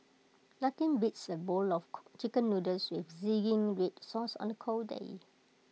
nothing beats A bowl of Chicken Noodles with Zingy Red Sauce on A cold day